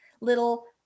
little